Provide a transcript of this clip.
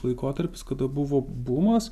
laikotarpis kada buvo bumas